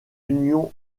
union